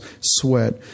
sweat